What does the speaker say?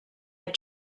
had